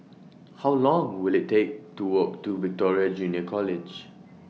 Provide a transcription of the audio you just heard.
How Long Will IT Take to Walk to Victoria Junior College